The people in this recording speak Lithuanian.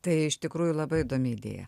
tai iš tikrųjų labai įdomi idėja